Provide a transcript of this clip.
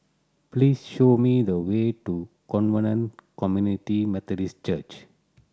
please show me the way to Covenant Community Methodist Church